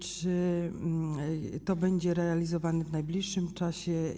Czy to będzie realizowane w najbliższym czasie?